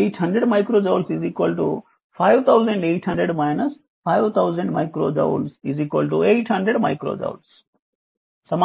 800 microjoules microjoules 800 micro joules